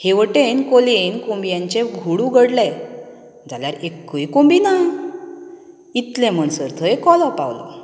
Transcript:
हेवटेन कोलयेन कोंबयांचे घूड उगडले जाल्यार एक्कूय कोंबी ना इतलें म्हणसर थंय कोलो पावलो